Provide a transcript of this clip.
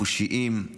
חושיים,